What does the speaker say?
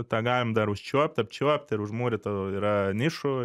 tą galim dar užčiuopt apčiuopt ir užmūrytų yra nišų